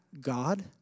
God